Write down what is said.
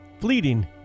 fleeting